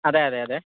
അതെ അതെ അതെ